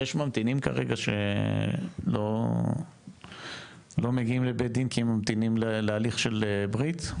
יש ממתינים כרגע שלא מגיעים לבית דין כי הם ממתינים להליך של ברית?